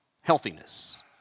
healthiness